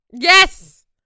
Yes